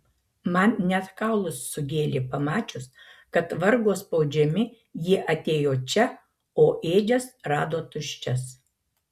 man net kaulus sugėlė pamačius kad vargo spaudžiami jie atėjo čia o ėdžias rado tuščias